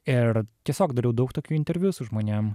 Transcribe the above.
ir tiesiog dariau daug tokių interviu su žmonėm